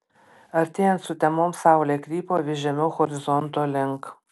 artėjant sutemoms saulė krypo vis žemiau horizonto link